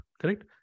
Correct